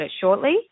shortly